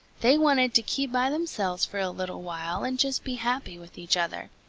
they wanted to keep by themselves for a little while and just be happy with each other.